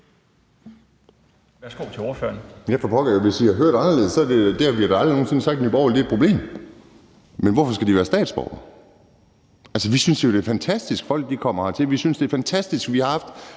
Edberg Andersen (NB): Ja, for pokker, og hvis I har hørt det anderledes, er det så det. For vi har da aldrig nogen sinde i Nye Borgerlige sagt, at det er et problem. Men hvorfor skal de være statsborgere? Altså, vi synes jo, det er fantastisk, at folk kommer hertil, og vi synes, det er fantastisk, at vi har